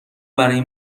برای